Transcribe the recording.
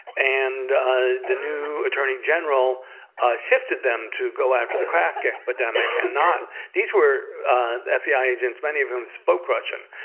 and ah the new attorney general ah shifted them to go after the crack yeah epidemic. and these were fbi agents, many of whom spoke russian,